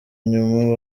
inyuma